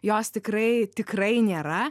jos tikrai tikrai nėra